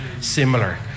similar